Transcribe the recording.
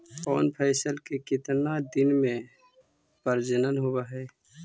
कौन फैसल के कितना दिन मे परजनन होब हय?